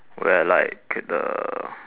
where like the